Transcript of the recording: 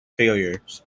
failures